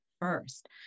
first